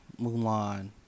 Mulan